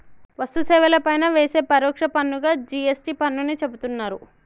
వస్తు సేవల పైన వేసే పరోక్ష పన్నుగా జి.ఎస్.టి పన్నుని చెబుతున్నరు